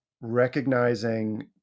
recognizing